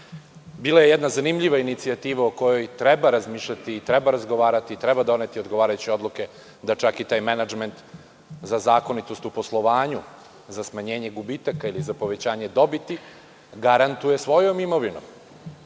Bila je jedna zanimljiva inicijativa o kojoj treba razmišljati i razgovarati i treba doneti odgovarajuće odluke, da čak i taj menadžment za zakonitost u poslovanju, za smanjenje gubitaka ili povećanje dobiti garantuje svojom imovinom. Ono